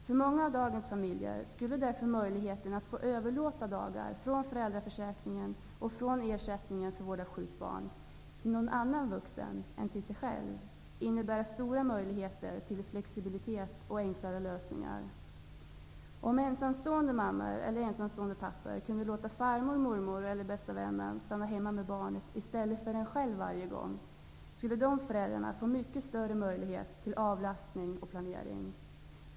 För många av dagens familjer skulle därför möjligheten att få överlåta dagar från föräldraförsäkringen och från ersättningen för vård av sjukt barn till någon annan vuxen innebära stora möjligheter till flexibilitet och enklare lösningar. Om ensamstående mammor eller pappor kunde låta farmor, mormor eller bästa vännen stanna hemma med barnet i stället för att någon av de här föräldrarna varje gång gör det, skulle de få mycket större möjligheter till avlastning och planering.